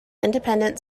independent